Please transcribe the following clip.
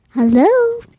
Hello